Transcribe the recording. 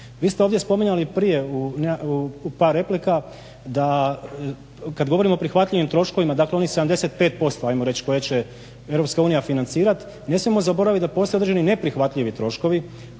Vi ste ovdje spominjali u par replika da kad govorimo o prihvatljivim troškovima, dakle onih 75% koje će EU financirati. Ne smijemo zaboraviti da postoje određeni neprihvatljivi troškovi